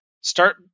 start